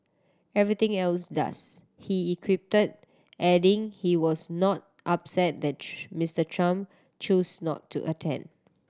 everything else does he equipped adding he was not upset that Mister Trump chose not to attend